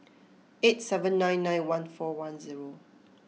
eight seven nine nine one four one zero